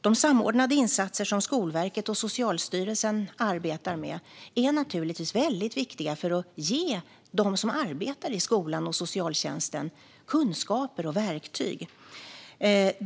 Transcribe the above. De samordnade insatser som Skolverket och Socialstyrelsen arbetar med är viktiga för att ge dem som arbetar i skolan och socialtjänsten kunskaper och verktyg.